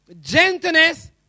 gentleness